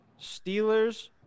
Steelers